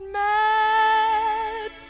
mad